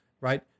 right